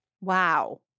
Wow